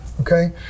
okay